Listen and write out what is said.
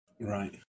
right